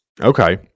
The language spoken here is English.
okay